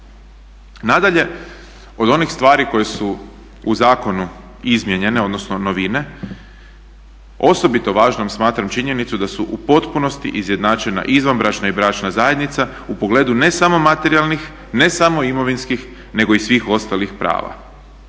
Nadalje, od onih stvari koje su u zakonu izmijenjene, odnosno novine osobito važnom smatram činjenicu da su u potpunosti izjednačena izvanbračna i bračna zajednica u pogledu ne samo materijalnih, ne samo imovinskih nego i svih ostalih prava.